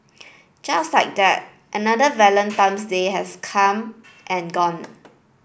just like that another Valentine's Day has come and gone